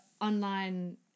online